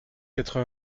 quatre